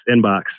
inbox